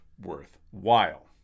worthwhile